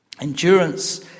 Endurance